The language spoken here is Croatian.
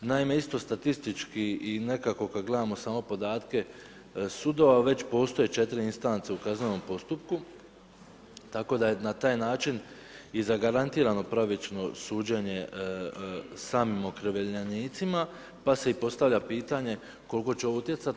Naime, isto statistički i nekako kad gledamo samo podatke sudova, već postoje 4 instance u kaznenom postupku, tako da je na taj način i zagarantirano pravično suđenje samim okrivljenicima, pa se postavlja pitanje, koliko će ovo utjecati.